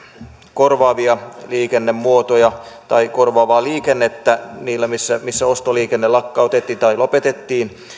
korvaavia liikennemuotoja tai korvaavaa liikennettä siellä missä ostoliikenne lakkautettiin tai lopetettiin